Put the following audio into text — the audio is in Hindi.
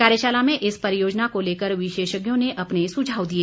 कार्यशाला में इस परियोजना को लेकर विशेषज्ञों ने अपने सुझाव दिए